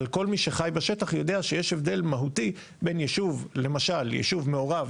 אבל כל מי שחי בשטח יודע שיש הבדל מהותי בין ישוב למשל ישוב מעורב